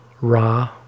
ra